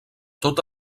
tot